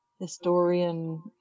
historian